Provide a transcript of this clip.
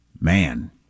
man